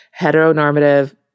heteronormative